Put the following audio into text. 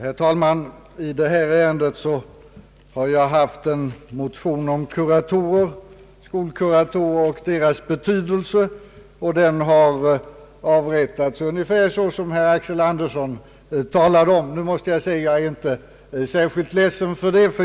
Herr talman! I detta ärende har jag väckt en motion om skolkuratorer och deras betydelse, och den har avrättats ungefär såsom herr Axel Andersson sade. Nu måste jag säga att jag inte är särskilt ledsen för det.